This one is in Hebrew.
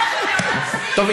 טוב,